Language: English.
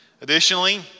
Additionally